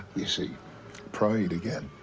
you see pride again.